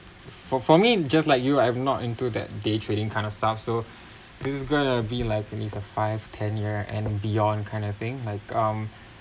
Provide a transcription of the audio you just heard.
for for me I'm just like you I have not into that day trading kind of stuff so this is going to be like at least a five ten years and beyond kind of thing like um